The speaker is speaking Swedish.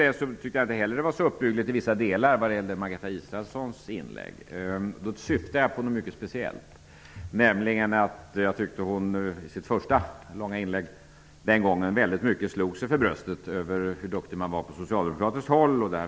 Jag tyckte inte att det heller var så uppbygglig läsning när jag läste Margareta Israelssons inlägg. Jag syftar då på att hon i sitt första långa inlägg den gången slog sig för bröstet över hur duktig man var på socialdemokratiskt håll.